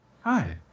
Hi